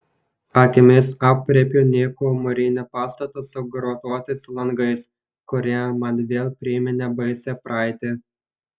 akimis aprėpiu nykų mūrinį pastatą su grotuotais langais kurie man vėl priminė baisią praeitį